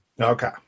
Okay